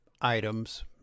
items